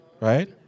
Right